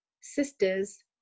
sisters